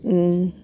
অ